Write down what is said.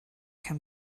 can